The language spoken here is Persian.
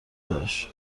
داشت